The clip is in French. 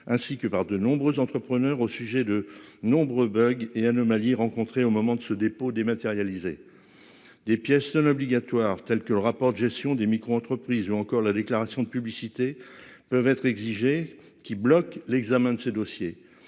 ainsi que par de nombreux entrepreneurs, au sujet de nombreux bogues et anomalies rencontrées au moment de ce dépôt dématérialisé. Des pièces non-obligatoires, tels que le rapport de gestion des micro-entreprises ou encore la déclaration de publicité peuvent être exigé qui bloque l'examen de ce dossier.